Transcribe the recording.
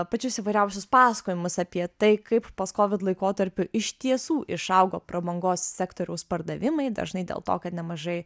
pačius įvairiausius pasakojimus apie tai kaip postkovid laikotarpiu iš tiesų išaugo prabangos sektoriaus pardavimai dažnai dėl to kad nemažai